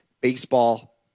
baseball